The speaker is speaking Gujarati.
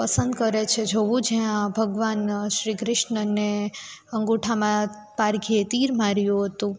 પસંદ કરે છે જોવું જ્યાં ભગવાન શ્રી કૃષ્ણને અંગુઠામાં પારઘીએ તીર માર્યું હતું